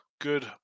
good